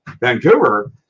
Vancouver